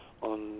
on